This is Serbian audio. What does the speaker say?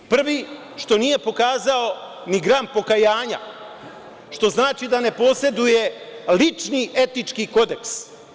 Prvi, što nije pokazao ni gram pokajanja, što znači da ne poseduje lični etički kodeks.